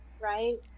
right